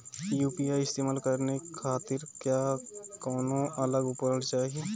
UPI इस्तेमाल करने खातिर क्या कौनो अलग उपकरण चाहीं?